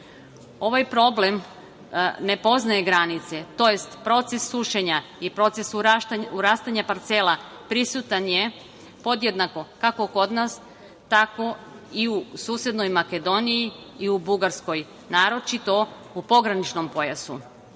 problem ne poznaje granice tj. proces sušenja i proces urastanja parcela prisutan je podjednako kako kod nas, tako i u susednoj Makedoniji i u Bugarskoj, naročito u pograničnom pojasu.